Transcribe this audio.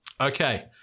Okay